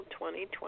2020